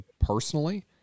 personally